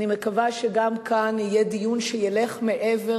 אני מקווה שגם כאן יהיה דיון שילך מעבר,